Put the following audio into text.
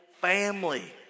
family